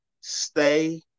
Stay